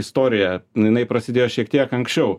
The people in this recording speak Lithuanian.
istorija jinai prasidėjo šiek tiek anksčiau